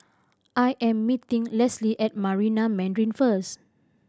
I am meeting Leslie at Marina Mandarin first